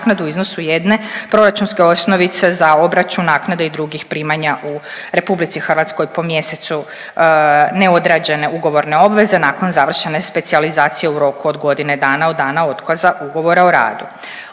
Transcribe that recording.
u iznosu jedne proračunske osnovice za obračun naknade i drugih primanja u RH po mjesecu neodrađene ugovorne obveze nakon završene specijalizacije u roku od godine dana od dana otkaza ugovora o radu.